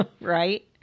Right